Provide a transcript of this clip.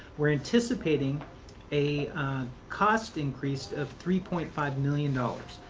we're anticipating a cost increase of three point five million dollars.